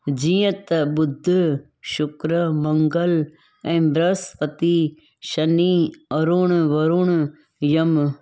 जीअं त बुध शुक्र मंगल ऐं बृहस्पती शनि अरुण वरुण यम